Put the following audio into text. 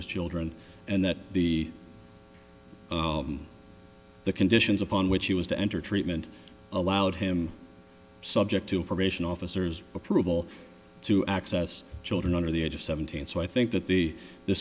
his children and that the the conditions upon which he was to enter treatment allowed him subject to information officers approval to access children under the age of seventeen so i think that the